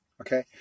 Okay